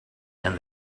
and